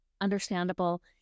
understandable